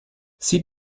sieh